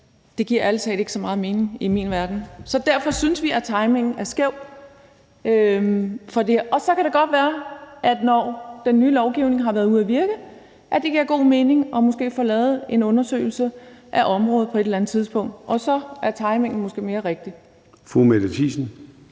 Det giver ærlig talt ikke så meget mening i min verden. Så derfor synes vi at timingen er skæv. Så kan det godt være, når den nye lovgivning har været ude at virke, at det giver god mening, at vi måske får lavet en undersøgelse af området på et eller andet tidspunkt. Og så er timingen måske mere rigtig.